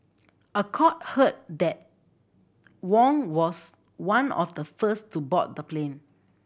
a court heard that Wang was one of the first to board the plane